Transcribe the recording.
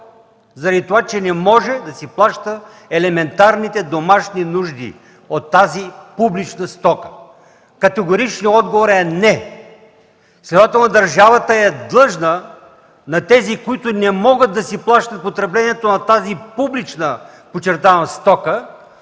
заради това че не може да си плаща елементарните домашни нужди от тази публична стока? Отговорът е категорично „не”! Следователно държавата е длъжна на тези, които не могат да си плащат потреблението на тази публична, подчертавам, стока,